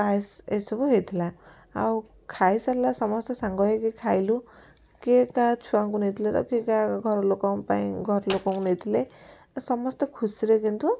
ପାଏସ ଏସବୁ ହେଇଥିଲା ଆଉ ଖାଇ ସମସ୍ତେ ସାଙ୍ଗ ହେଇକି ଖାଇଲୁ କିଏ କାହା ଛୁଆଙ୍କୁ ନେଇଥିଲେ ତ କିଏ କାହା ଘରଲୋକଙ୍କ ପାଇଁ ଘରଲୋକଙ୍କୁ ନେଇଥିଲେ ତ ସମସ୍ତେ ଖୁସିରେ କିନ୍ତୁ